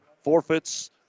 forfeits